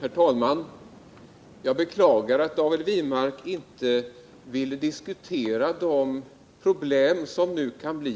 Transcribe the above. Herr talman! Jag beklagar att David Wirmark inte ville diskutera de gränsdragningsproblem som kan